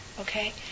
okay